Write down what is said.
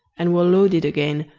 and were loaded again,